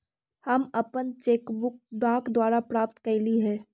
हम अपन cheque book डाक द्वारा प्राप्त कईली हे